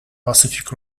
pacific